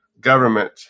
government